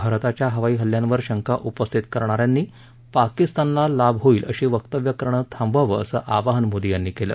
भारताच्या हवाई हल्ल्यांवर शंका उपस्थित करणाऱ्यांनी पाकिस्तानला लाभ होईल अशी वक्तव्य करणं थांबवावं असं आवाहन मोदी यांनी केलं